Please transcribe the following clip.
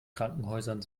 krankenhäusern